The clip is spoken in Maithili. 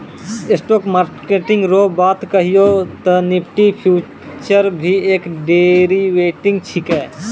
स्टॉक मार्किट रो बात कहियो ते निफ्टी फ्यूचर भी एक डेरीवेटिव छिकै